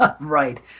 Right